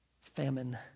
Famine